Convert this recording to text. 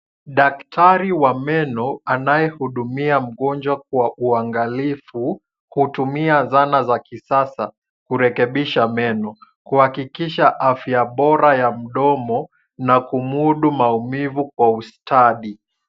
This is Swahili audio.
Daktari wa meno anayehudumia mgonjwa kwa uangalifu kutumia zana za kisasa kurekebisha meno kuhakikisha afya bora ya mdomo na kumudu maumivu kwa ustadi.